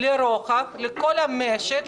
רוחב על כל המשק,